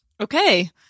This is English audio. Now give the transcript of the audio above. okay